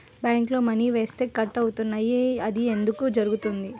బ్యాంక్లో మని వేస్తే కట్ అవుతున్నాయి అది ఎందుకు జరుగుతోంది?